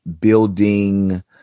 building